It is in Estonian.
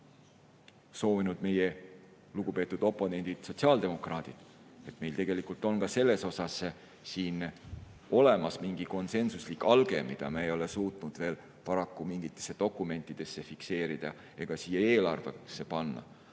soovinud ka meie lugupeetud oponendid sotsiaaldemokraadid. Nii et meil tegelikult on ka selles olemas mingi konsensuslik alge, mida me ei ole suutnud veel paraku mingitesse dokumentidesse fikseerida ega siia eelarvesse panna.